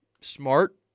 smart